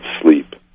sleep